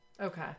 Okay